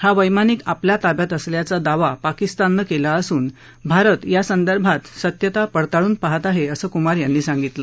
हा वैमानिक आपल्या ताब्यात असल्याचा दावा पाकिस्ताननं केला असून भारत यासंदर्भात सत्यता पडताळून पाहत आहे असं कुमार यांनी सांगितलं